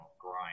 grind